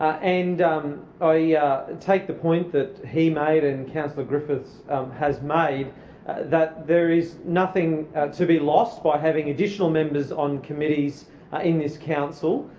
i and i take the point that he made and councillor griffiths has made that there is nothing to be lost by having additional members on committees ah in this council,